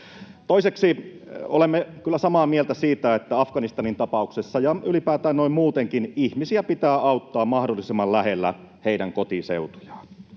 Toiseksi, olemme kyllä samaa mieltä siitä, että Afganistanin tapauksessa ja ylipäätään noin muutenkin ihmisiä pitää auttaa mahdollisimman lähellä heidän kotiseutujaan.